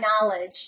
knowledge